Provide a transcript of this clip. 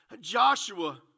Joshua